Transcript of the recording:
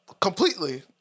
completely